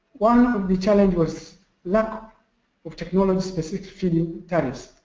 one of the challenges was lack of technology specific feed in tariffs,